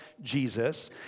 Jesus